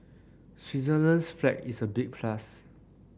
Switzerland's flag is a big plus